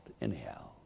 anyhow